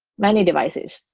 many devices.